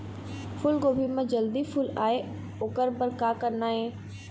फूलगोभी म जल्दी फूल आय ओकर बर का करना ये?